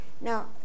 Now